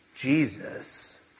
Jesus